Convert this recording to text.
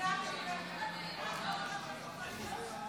מס' 16) התשפ"ד 2024,לוועדה שתקבע ועדת הכנסת נתקבלה.